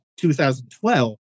2012